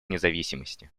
независимости